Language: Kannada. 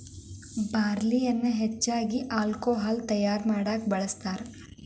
ಬಾರ್ಲಿಯನ್ನಾ ಹೆಚ್ಚಾಗಿ ಹಾಲ್ಕೊಹಾಲ್ ತಯಾರಾ ಮಾಡಾಕ ಬಳ್ಸತಾರ